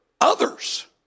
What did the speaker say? others